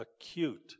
acute